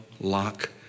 lock